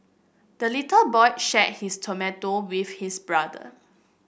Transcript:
the little boy shared his tomato with his brother